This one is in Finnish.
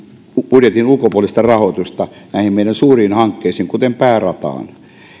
budjetin ulkopuolista rahoitusta näihin meidän suuriin hankkeisiin kuten päärataan